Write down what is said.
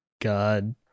God